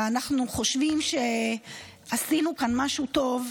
אנחנו חושבים שעשינו כאן משהו טוב.